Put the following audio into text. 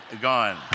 gone